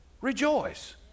Rejoice